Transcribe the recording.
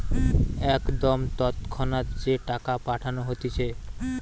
একদম তৎক্ষণাৎ যে টাকা পাঠানো হতিছে